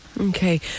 Okay